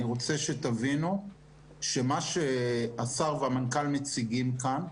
אני רוצה שתבינו שמה שהשר והמנכ"ל מציגים כאן,